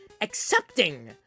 accepting